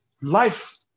life